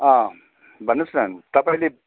अँ भन्नुहोस् न तपाईँले